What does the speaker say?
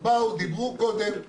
באו, דיברו קודם.